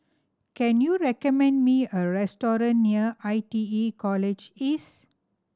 can you recommend me a restaurant near I T E College East